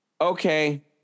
Okay